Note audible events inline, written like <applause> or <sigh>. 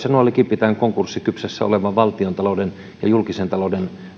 <unintelligible> sanoa likipitäen konkurssikypsässä olevan valtiontalouden ja julkisen talouden